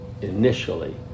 initially